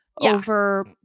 Over